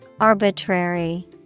Arbitrary